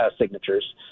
signatures